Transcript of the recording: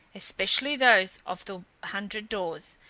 especially those of the hundred doors,